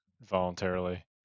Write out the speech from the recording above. voluntarily